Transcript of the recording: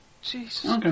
Jesus